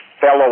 fellow